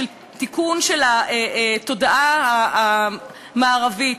של תיקון התודעה המערבית.